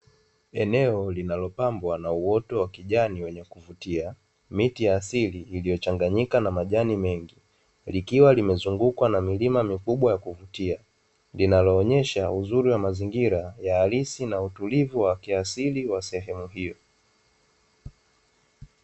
Eneo linalopambwa na uoto wa kijani wenyekuvutia, miti ya asili iliyochanganyika na majani mengi, likiwa limezungukwa na milima mikubwa ya kuvutia, linaonesha uzuri wa mazingira ya halisi na utulivu wa kiasili wa sehemu hiyo.